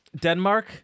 Denmark